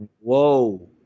Whoa